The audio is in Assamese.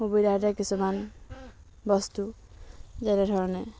নিজৰ সুবিধাৰ্থে কিছুমান বস্তু যেনেধৰণে